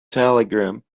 telegram